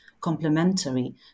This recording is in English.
complementary